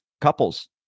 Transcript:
couples